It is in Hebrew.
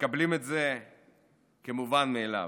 מקבלים את זה כמובן מאליו.